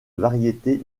variété